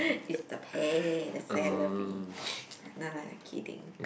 it's the pay the salary no lah kidding